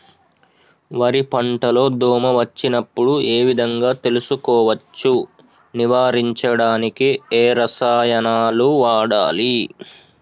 వరి పంట లో దోమ వచ్చినప్పుడు ఏ విధంగా తెలుసుకోవచ్చు? నివారించడానికి ఏ రసాయనాలు వాడాలి?